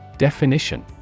Definition